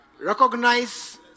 Recognize